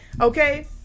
Okay